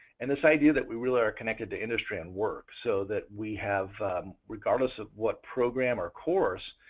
and this idea that we really are connected to industry and work, so that we have regardless of what program or course,